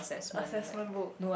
assessment book